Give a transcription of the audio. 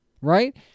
right